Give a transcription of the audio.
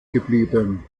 geblieben